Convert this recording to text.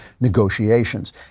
negotiations